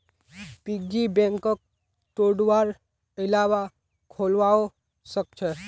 piggy बैंकक तोडवार अलावा खोलवाओ सख छ